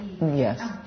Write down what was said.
Yes